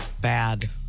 Bad